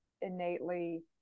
innately